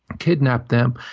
kidnap them,